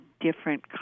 different